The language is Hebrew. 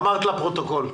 אמרת לפרוטוקול.